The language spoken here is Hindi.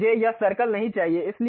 अब मुझे यह सर्कल नहीं चाहिए